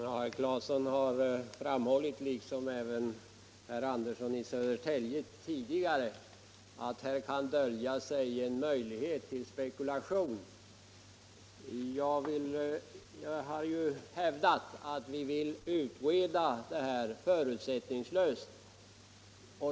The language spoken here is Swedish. Fru talman! Herr Claeson har liksom tidigare även herr Andersson i Södertälje framhållit att det i utskottsmajoritetens förslag kan dölja sig en möjlighet till spekulation. Jag har ju hävdat att vi vill utreda detta förutsättningslöst.